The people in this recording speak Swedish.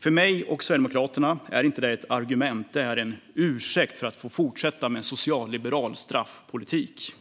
För mig och Sverigedemokraterna är detta inte ett argument utan en ursäkt för att få fortsätta med en socialliberal straffpolitik.